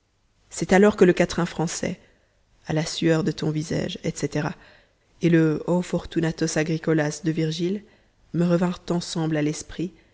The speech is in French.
c'est alors que le quatrain français a la sueur de ton visaige etc et le o fortunatos agricolas de virgile me revinrent ensemble à l'esprit